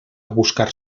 buscar